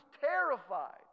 terrified